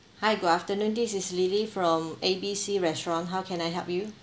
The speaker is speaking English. hi good afternoon this is lily from A B C restaurant how can I help you